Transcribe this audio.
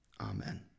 Amen